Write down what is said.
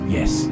Yes